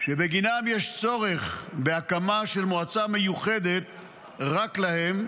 שבגינם יש צורך בהקמה של מועצה מיוחדת רק להם,